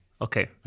Okay